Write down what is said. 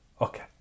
Okay